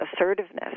assertiveness